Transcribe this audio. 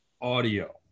audio